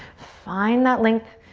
find that length.